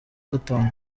gatanu